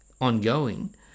ongoing